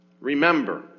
Remember